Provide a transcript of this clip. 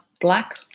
black